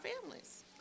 families